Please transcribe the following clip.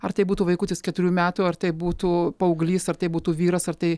ar tai būtų vaikutis keturių metų ar tai būtų paauglys ar tai būtų vyras ar tai